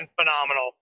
phenomenal